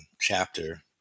chapter